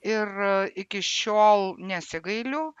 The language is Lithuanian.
ir iki šiol nesigailiu